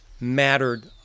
mattered